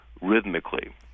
rhythmically